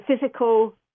physical